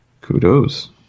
Kudos